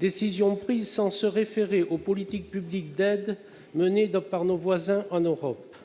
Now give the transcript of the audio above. décision fut prise sans se référer aux politiques publiques d'aides menées par nos voisins en Europe.